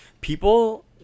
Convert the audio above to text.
people